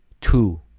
two